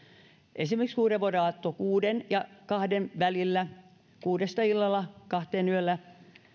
esimerkiksi sitä että uudenvuodenaattona kuuden ja kahden välillä kuudesta illalla kahteen yöllä